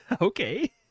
okay